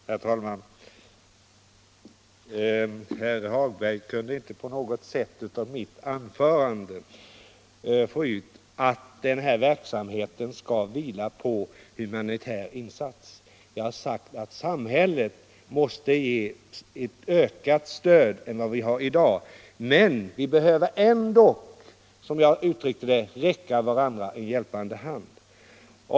Herr talman! Herr Hagberg i Borlänge kunde inte på något sätt av mitt anförande dra slutsatsen att denna verksamhet skall vila på en humanitär insats. Det har sagts att samhället måste ge ett större stöd än i dag, men vi behöver ändock, som jag uttryckte det, räcka varandra en hjälpande hand.